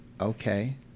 Okay